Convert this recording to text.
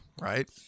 right